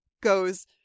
goes